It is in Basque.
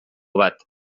bat